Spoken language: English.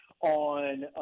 on